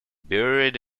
buried